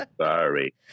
Sorry